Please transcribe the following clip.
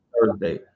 Thursday